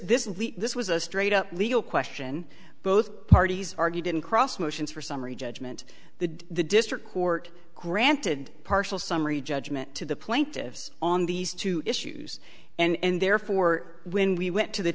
leak this was a straight up legal question both parties argue didn't cross motions for summary judgment the the district court granted partial summary judgment to the plaintiffs on these two issues and therefore when we went to the